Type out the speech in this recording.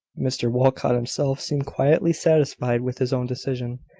mr walcot himself seemed quietly satisfied with his own decision,